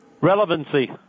Relevancy